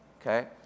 okay